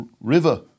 river